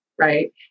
right